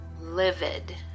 livid